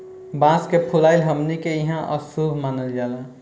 बांस के फुलाइल हमनी के इहां अशुभ मानल जाला